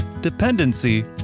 dependency